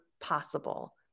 possible